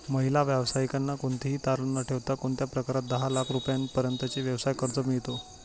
महिला व्यावसायिकांना कोणतेही तारण न ठेवता कोणत्या प्रकारात दहा लाख रुपयांपर्यंतचे व्यवसाय कर्ज मिळतो?